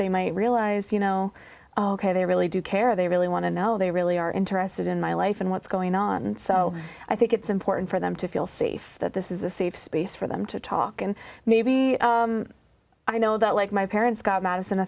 they might realize you know they really do care they really want to know they really are interested in my life and what's going on and so i think it's important for them to feel safe that this is a safe space for them to talk and maybe i know that like my parents got madison a